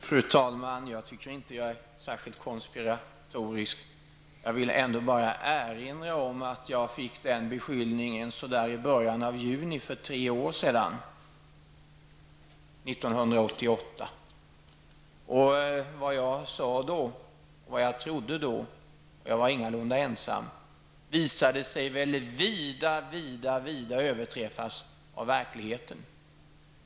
Fru talman! Jag tycker inte att jag är särskild konspiratorisk. Jag vill bara erinra om att jag fick den beskyllningen i början av juni för tre år sedan, 1988. Vad jag sade då och vad jag trodde då, och jag var ingaludna ensam, visade sig väl vida överträffas av verkligheten.